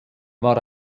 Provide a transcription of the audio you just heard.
war